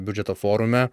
biudžeto forume